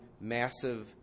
massive